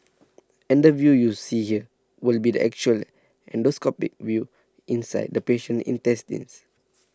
and the view you see here will be the actual endoscopic view inside the patient's intestines